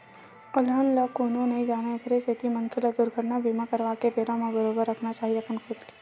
अलहन ल कोनो नइ जानय एखरे सेती मनखे ल दुरघटना बीमा करवाके बेरा म बरोबर रखना चाही अपन खुद के